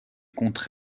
contre